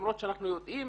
למרות שאנחנו יודעים